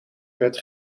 werd